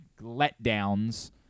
letdowns